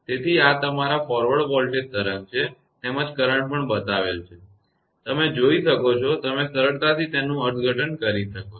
તેથી આ તમારા ફોરવર્ડ વોલ્ટેજ તરંગ છે તેમજ કરંટ પણ બતાવવામાં આવેલ છે તમે જોઈ શકો છો તમે સરળતાથી તેનું અર્થઘટન કરી શકો છો